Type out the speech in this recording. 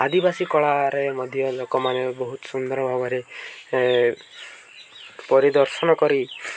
ଆଦିବାସୀ କଳାରେ ମଧ୍ୟ ଲୋକମାନେ ବହୁତ ସୁନ୍ଦର ଭାବରେ ପରିଦର୍ଶନ କରି